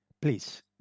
Please